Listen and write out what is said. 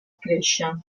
créixer